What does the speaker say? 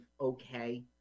okay